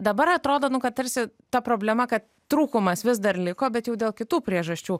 dabar atrodo nu kad tarsi ta problema kad trūkumas vis dar liko bet jau dėl kitų priežasčių